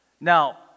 Now